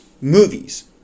movies